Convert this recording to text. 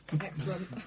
Excellent